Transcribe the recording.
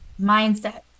mindset